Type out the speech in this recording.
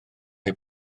neu